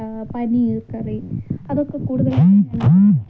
paneer curry അതൊക്കെ കൂടുതൽ ആയിട്ട്